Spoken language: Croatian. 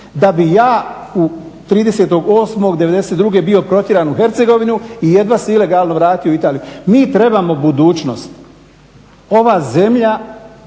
da bih ja 30.8.'92. bio protjeran u Hercegovinu i jedva se ilegalno vratio u Italiju. Mi trebamo budućnost! Ova zemlja,